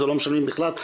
או לא משלמים בכלל,